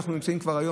היום,